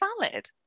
valid